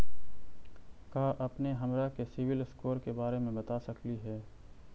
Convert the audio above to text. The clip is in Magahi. का अपने हमरा के सिबिल स्कोर के बारे मे बता सकली हे?